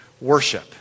worship